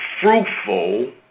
fruitful